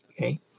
okay